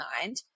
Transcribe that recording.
mind